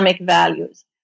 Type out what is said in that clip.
values